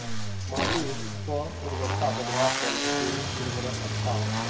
माटीर स्व उर्वरता बढ़वार तने जैविक उर्वरक अच्छा होचे